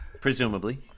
presumably